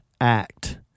act